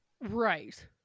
Right